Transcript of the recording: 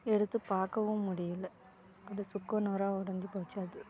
எடுத்து பார்க்கவும் முடியல இப்படி சுக்கு நூறாக உடஞ்சி போச்சு அது